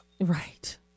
Right